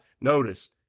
notice